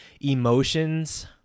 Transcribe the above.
emotions